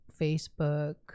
facebook